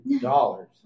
dollars